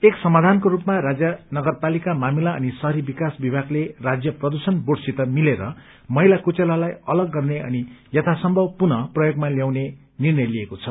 एक समाधानको रूपमा राजय नगरपालिका मामिला अनि शहरी विकास विभागले राज्य प्रदूषण बोर्डसित मिलेर मैला कुचेलालाई अलग गर्ने अनि यथासम्भव पुनः प्रयोगमा ल्याउने निष्रय लिएको छ